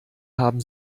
haben